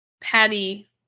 Patty